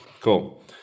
Cool